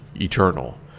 eternal